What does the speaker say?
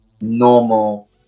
normal